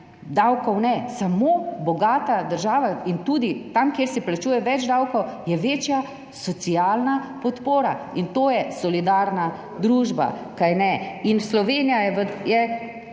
Davkov ne. Samo bogata država in tudi tam, kjer se plačuje več davkov, je večja socialna podpora in to je solidarna družba in Slovenija je